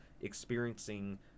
experiencing